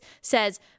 says